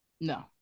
No